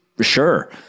sure